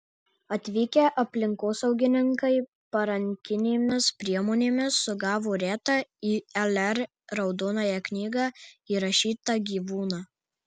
atvykę aplinkosaugininkai parankinėmis priemonėmis sugavo retą į lr raudonąją knygą įrašytą gyvūną